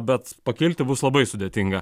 bet pakilti bus labai sudėtinga